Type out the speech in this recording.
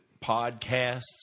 podcasts